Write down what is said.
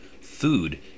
food